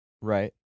right